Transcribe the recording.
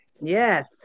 Yes